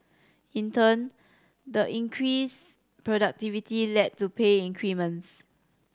in turn the increased productivity led to pay increments